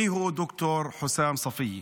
מי הוא ד"ר חוסאם ספיה?